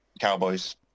Cowboys